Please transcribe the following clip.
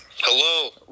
Hello